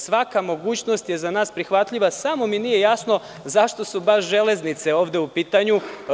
Svaka mogućnost je za nas prihvatljiva, samo mi nije jasno zašto su baš „Železnice“ ovde u pitanju.